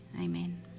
Amen